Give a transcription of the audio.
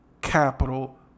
capital